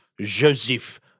Joseph